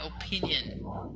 opinion